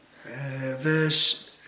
verse